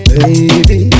Baby